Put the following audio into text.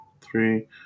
three